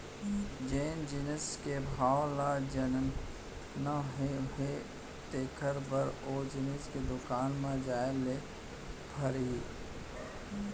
जेन जिनिस के भाव ल जानना हे तेकर बर ओ जिनिस के दुकान म जाय ल परही